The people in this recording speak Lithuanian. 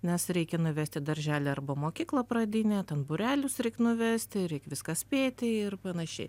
nes reikia nuvest į darželį arba mokyklą pradinę ten būrelius reik nuvesti reik viską spėti ir panašiai